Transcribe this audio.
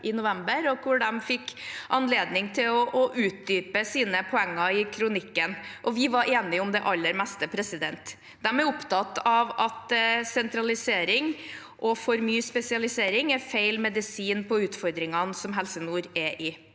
i november. De fikk anledning til å utdype sine poenger i kronikken, og vi var enige om det aller meste. De er opptatt av at sentralisering og for mye spesialisering er feil medisin på utfordringene som Helse nord er i.